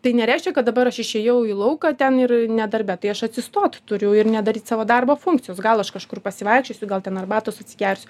tai nereiškia kad dabar aš išėjau į lauką ten ir ne darbe tai aš atsistot turiu ir nedaryt savo darbo funkcijos gal aš kažkur pasivaikščiosiu gal ten arbatos atsigersiu